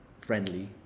friendly